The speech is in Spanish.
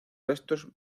restos